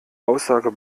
aussage